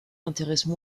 intéressent